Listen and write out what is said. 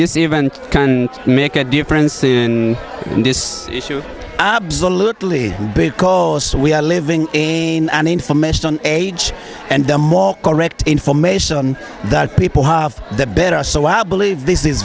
this event can make a difference in this issue absolutely because we are living ame an information age and the more correct information that people have the better so while believe this is